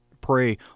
pray